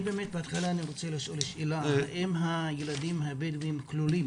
אני בתחילה רוצה לשאול שאלה: האם הילדים הבדואים כלולים